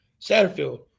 Satterfield